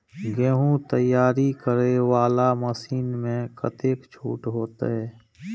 गेहूं तैयारी करे वाला मशीन में कतेक छूट होते?